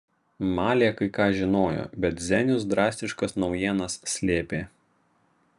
malė kai ką žinojo bet zenius drastiškas naujienas slėpė